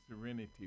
serenity